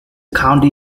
county